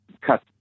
cut